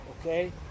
okay